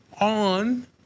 on